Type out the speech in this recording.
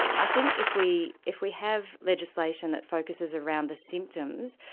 i think if we if we have legislation that focuses around the symptoms,